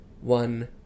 one